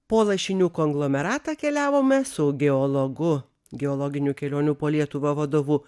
po lašinių konglomeratą keliavome su geologu geologinių kelionių po lietuvą vadovu